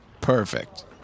Perfect